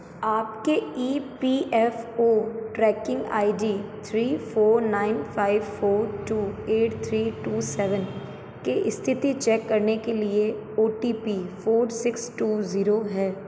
आपके E P F O tracking I D three four nine five four two eight three two seven की स्थिति check करने के लिए O T P four six two zero है